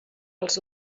els